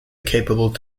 capable